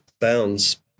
bounds